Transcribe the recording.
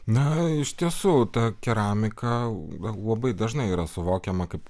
na iš tiesų ta keramika labai dažnai yra suvokiama kaip